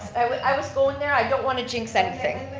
i was going there, i don't want to jinx anything.